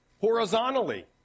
Horizontally